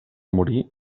morir